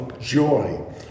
joy